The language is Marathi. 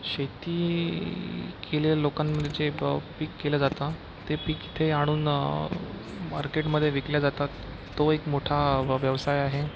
शेती केलेल्या लोकां जे पीक केलं जातं ते पीक ते आणून मार्केटमध्ये विकल्या जातात तो एक मोठा व्यवसाय आहे